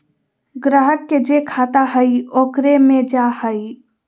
ग्राहक के जे खाता हइ ओकरे मे जा हइ